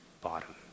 bottom